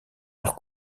leurs